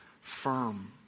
firm